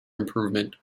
improvement